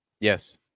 Yes